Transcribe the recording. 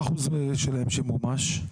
מה האחוז שלהם שמומש?